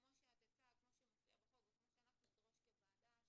כמו שמופיע בחוק וכמו שאנחנו נדרוש בוועדה,